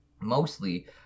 Mostly